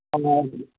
scorpio